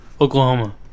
Oklahoma